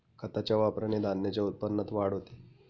खताच्या वापराने धान्याच्या उत्पन्नात वाढ होते